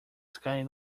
sky